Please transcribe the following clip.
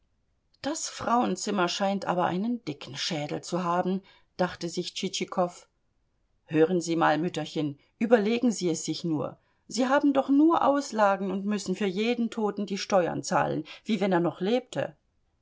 das frauenzimmer scheint aber einen dicken schädel zu haben dachte sich tschitschikow hören sie mal mütterchen überlegen sie es sich nur sie haben doch nur auslagen und müssen für jeden toten die steuern zahlen wie wenn er noch lebte